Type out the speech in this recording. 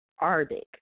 Arabic